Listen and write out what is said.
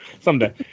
Someday